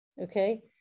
okay